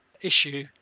issue